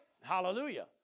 hallelujah